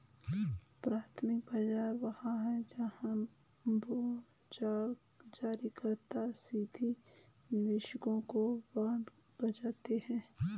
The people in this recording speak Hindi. प्राथमिक बाजार वह है जहां बांड जारीकर्ता सीधे निवेशकों को बांड बेचता है